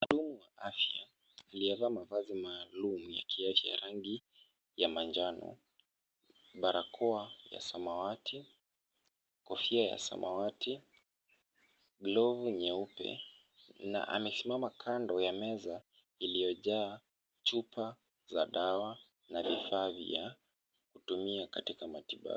Mhudumu wa afya aliyevaa mavazi maalum ya kiafya ya rangi ya manjano , barakoa ya samawati , kofia ya samawati glovu nyeupe na amesimama kando ya meza iliyojaa chupa za dawa na vifaa vya kutumia katika matibabu.